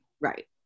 right